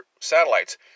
satellites